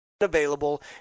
Available